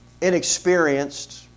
inexperienced